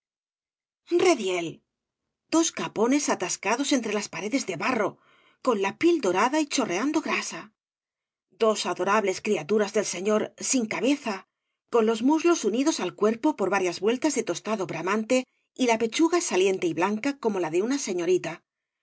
rediell dos capones atascados entre las paredes de barro con la piel dorada y chorreando grasa dos adorables criaturas del señor sin cabeza con los muslos unidos ai cuerpo por varias vueltas de tostado bramante y la pechuga saliente y blanca como la de una señorita